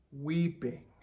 weeping